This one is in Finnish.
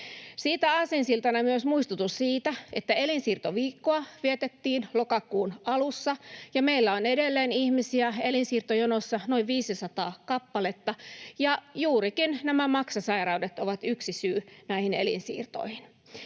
Siitä aasinsiltana myös muistutus siitä, että elinsiirtoviikkoa vietettiin lokakuun alussa ja meillä on edelleen ihmisiä elinsiirtojonossa noin 500 kappaletta. Juurikin nämä maksasairaudet ovat yksi syy näihin elinsiirtoihin.